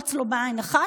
יקרוץ לו בעין אחת,